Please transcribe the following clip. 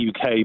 UK